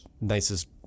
nicest